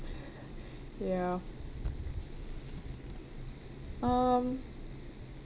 ya um